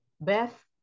Beth